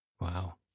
Wow